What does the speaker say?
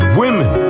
women